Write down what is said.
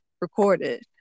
recorded